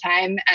time